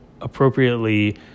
appropriately